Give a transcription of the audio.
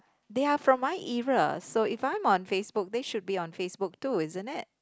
they are from my era so if I'm on facebook they should be on facebook too isn't it